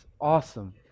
awesome